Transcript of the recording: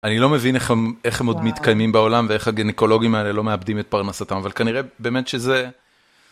אני לא מבין איך הם עוד מתקיימים בעולם ואיך הגנקולוגים האלה לא מאבדים את פרנסתם, אבל כנראה באמת שזה...